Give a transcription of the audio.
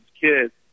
kids